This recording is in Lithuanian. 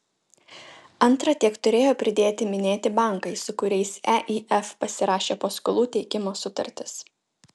antra tiek turėjo pridėti minėti bankai su kuriais eif pasirašė paskolų teikimo sutartis